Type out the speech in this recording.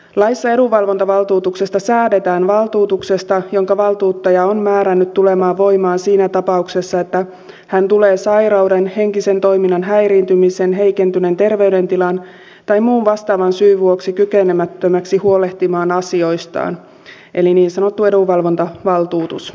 laissa edunvalvontavaltuutuksesta säädetään valtuutuksesta jonka valtuuttaja on määrännyt tulemaan voimaan siinä tapauksessa että hän tulee sairauden henkisen toiminnan häiriintymisen heikentyneen terveydentilan tai muun vastaavan syyn vuoksi kykenemättömäksi huolehtimaan asioistaan eli kyseessä on niin sanottu edunvalvontavaltuutus